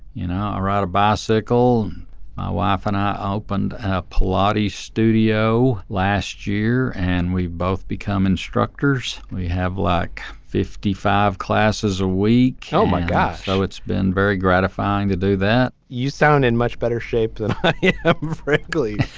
you know i ride a bicycle. my wife and i opened plodding studio last year and we've both become instructors. we have like fifty five classes or we kill my god. so it's been very gratifying to do that you sound in much better shape than friendly.